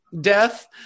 death